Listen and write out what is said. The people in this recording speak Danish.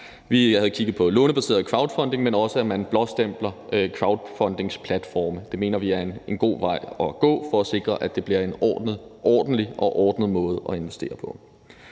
Vi havde kigget på lånebaseret crowdfunding, men også på, at man blåstempler crowdfundingplatforme. Det mener vi er en god vej at gå for at sikre, at det bliver en ordentlig og ordnet måde at investere på.